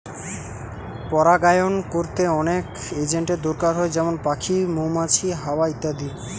পরাগায়ন কোরতে অনেক এজেন্টের দোরকার হয় যেমন পাখি, মৌমাছি, হাওয়া ইত্যাদি